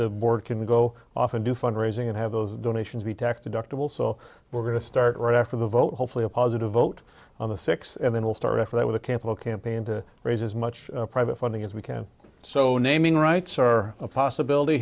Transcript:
the board can go off and do fund raising and have those donations be tax deductible so we're going to start right after the vote hopefully a positive vote on the six and then we'll start after that with a capital campaign to raise as much private funding as we can so the naming rights are a possibility